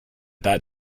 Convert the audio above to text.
that